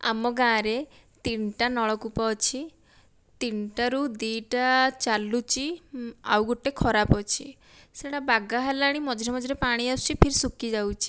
ଆମ ଗାଆଁ ରେ ତିନିଟା ନଳ କୁପ ଅଛି ତିନିଟାରୁ ଦିଟା ଚାଲୁଛି ଆଉ ଗୋଟେ ଖରାପ ଅଛି ସେଇଟା ବାଗା ହେଲାଣି ମଝିରେ ମଝିରେ ପାଣି ଆସୁଛି ଫିର୍ ସୁଖି ଯାଉଛି